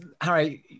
Harry